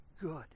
good